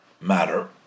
matter